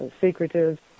secretive